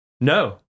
No